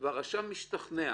הרשם משתכנע